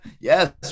Yes